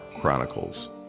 Chronicles